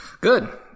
Good